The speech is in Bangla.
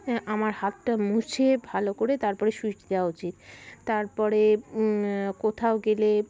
হ্যাঁ আমার হাতটা মুছে ভালো করে তারপরে সুইচ দেওয়া উচিত তারপরে কোথাও গেলে